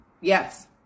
Yes